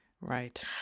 Right